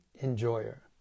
enjoyer